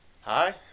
Hi